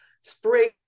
spring